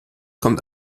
kommt